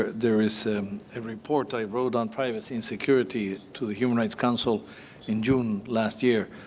there is a report i wrote on privacy and security to the human rights council in june last year.